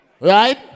Right